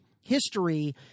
history